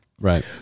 Right